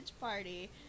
party